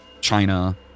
China